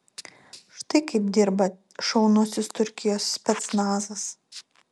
štai kaip dirba šaunusis turkijos specnazas